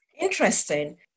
Interesting